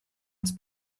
its